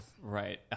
right